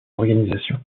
organisation